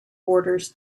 borders